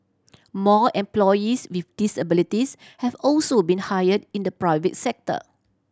more employees with disabilities have also been hire in the private sector